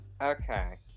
Okay